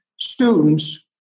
students